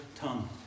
tongue